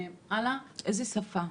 איזו שפה?